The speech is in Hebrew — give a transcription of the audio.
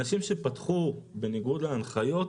אנשים שפתחו בניגוד להנחיות,